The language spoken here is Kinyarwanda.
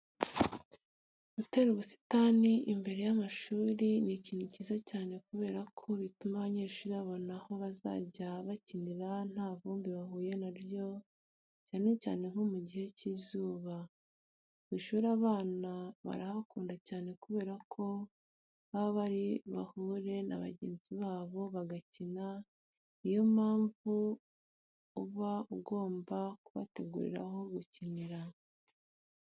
Gutera ubusitani imbere y'amashuri ni ikintu cyiza cyane kubera ko bituma abanyeshuri babona aho bazajya bakinira nta vumbi bahuye na ryo, cyane cyane nko mu gihe cy'izuba. Ku ishuri abana barahakunda cyane kubera ko baba bari buhure na bagenzi babo bagakina, niyo mpamvu uba ugomba kubategurira aho gukinira.